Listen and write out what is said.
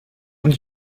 und